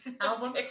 album